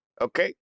okay